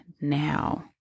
now